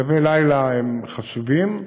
קווי לילה הם חשובים,